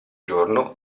giorno